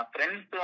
Friends